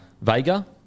Vega